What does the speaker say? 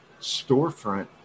storefront